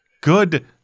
Good